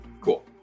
Cool